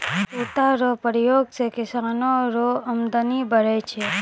सूता रो प्रयोग से किसानो रो अमदनी बढ़ै छै